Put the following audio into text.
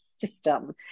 system